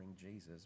Jesus